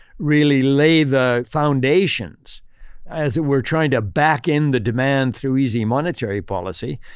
really laid the foundations as it were, trying to back in the demand through easy monetary policy,